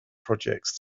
projects